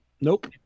Nope